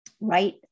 right